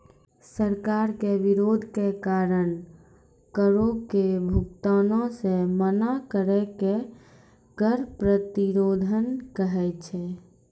सरकार के विरोध के कारण करो के भुगतानो से मना करै के कर प्रतिरोध कहै छै